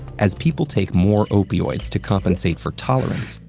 as people take more opioids to compensate for tolerance,